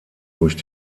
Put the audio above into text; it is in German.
durch